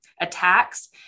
attacks